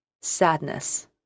sadness